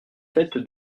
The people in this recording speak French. fête